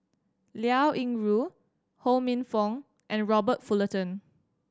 Liao Yingru Ho Minfong and Robert Fullerton